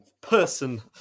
person